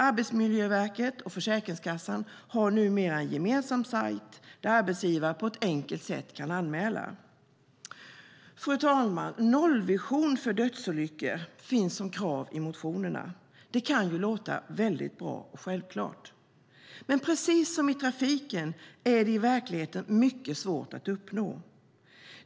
Arbetsmiljöverket och Försäkringskassan har nu en gemensam sajt där arbetsgivare på ett enkelt sätt kan anmäla. Fru talman! Nollvision för dödsolyckor finns som krav i motionerna. Det kan låta väldigt bra och självklart, men precis som i trafiken är det i verkligheten mycket svårt att uppnå.